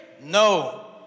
No